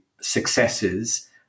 successes